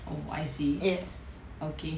yes